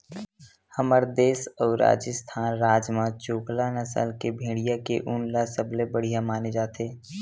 हमर देस अउ राजिस्थान राज म चोकला नसल के भेड़िया के ऊन ल सबले बड़िया माने जाथे